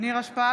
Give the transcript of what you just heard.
נירה שפק,